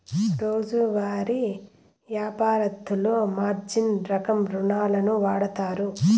రోజువారీ యాపారత్తులు మార్జిన్ రకం రుణాలును వాడుతారు